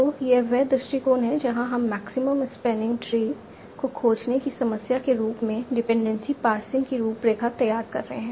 तो यह वह दृष्टिकोण है जहां हम मैक्सिमम स्पैनिंग ट्री को खोजने की समस्या के रूप में डिपेंडेंसी पार्सिंग की रूपरेखा तैयार कर रहे हैं